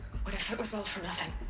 what if it was all for nothing.